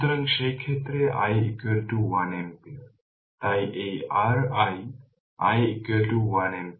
সুতরাং সেই ক্ষেত্রে i 1 ampere তাই এই r i i 1 ampere